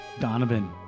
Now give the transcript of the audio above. Donovan